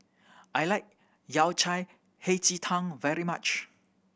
I like Yao Cai Hei Ji Tang very much